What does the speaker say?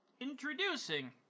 introducing